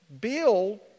build